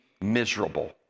Miserable